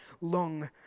long